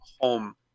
home